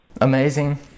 Amazing